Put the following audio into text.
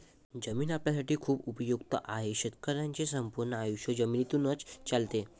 जमीन आपल्यासाठी खूप उपयुक्त आहे, शेतकऱ्यांचे संपूर्ण आयुष्य जमिनीतूनच चालते